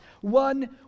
One